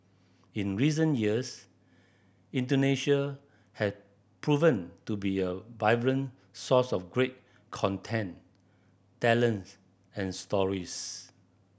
in recent years Indonesia has proven to be a vibrant source of great content and stories